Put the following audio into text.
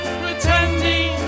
pretending